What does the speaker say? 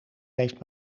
heeft